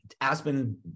Aspen